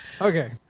Okay